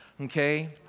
okay